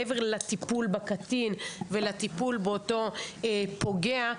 מעבר לטיפול בקטין ולטיפול באותו פוגע,